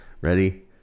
Ready